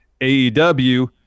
AEW